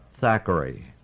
Thackeray